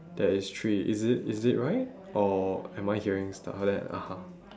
that it's three is it is it right or am I hearing stuff then I